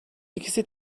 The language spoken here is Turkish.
ikisi